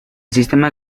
sistema